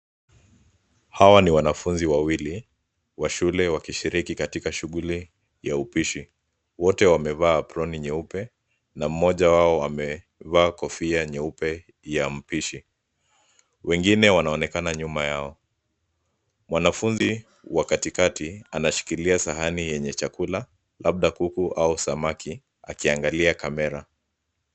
Hawa ni wanafunzi wawili wa shule wakishiriki katika shughuli ya upishi. Wote wamevaa aproni nyeupe na mmoja wao amevaa kofia nyeupe ya mpishi. Wengine wanaonekana nyuma yao. Mwanafunzi wa katikati anashikilia sahani yenye chakula labda kuku au samaki akiangalia kamera.